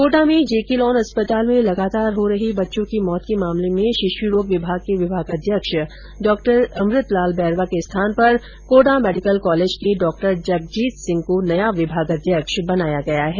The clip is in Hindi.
कोटा में जेके लॉन अस्पताल में लगातार हो रही बच्चों की मौत के मामले में शिशू रोग विभाग के विभागाध्यक्ष डॉ अमृतलाल बैरवा के स्थान पर कोटा मेडिकल कॉलेज के डॉ जगजीत सिंह को नया विभागाध्यक्ष बनाया गया है